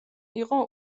იყო